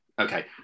Okay